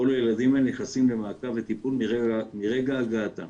כל הילדים האלה נכנסים למעקב וטיפול מרגע הגעתם.